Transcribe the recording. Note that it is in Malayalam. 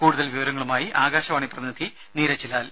കൂടുതൽ വിവരങ്ങളുമായി ആകാശവാണി പ്രതിനിധി നീരജ്ലാൽ